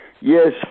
Yes